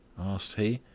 asked he.